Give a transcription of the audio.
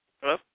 Hello